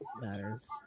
matters